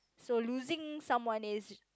so losing someone is